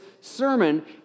sermon